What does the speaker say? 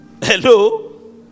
Hello